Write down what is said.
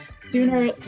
sooner